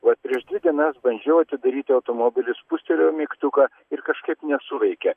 va prieš dvi dienas bandžiau atidaryti automobilį spustelėjau mygtuką ir kažkaip nesuveikė